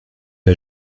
pas